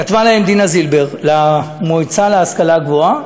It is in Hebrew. כתבה דינה זילבר למועצה להשכלה גבוהה: